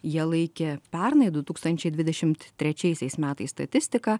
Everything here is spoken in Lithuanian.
jie laikė pernai du tūkstančiai dvidešimt trečiaisiais metais statistiką